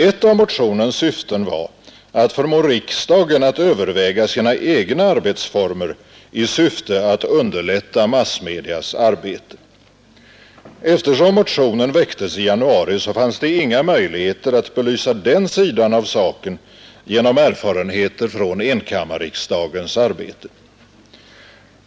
Ett av motionens syften var att förmå riksdagen att överväga sina egna arbetsformer i avsikt att underlätta massmedias arbete. Eftersom motionen väcktes i januari fanns det inga möjligheter att belysa den sidan av saken genom erfarenheter från enkammarriksdagens arbete.